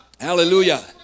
Hallelujah